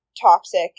toxic